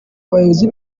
abayobozi